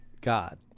God